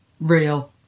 real